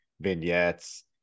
vignettes